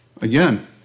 Again